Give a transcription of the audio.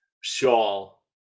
shawl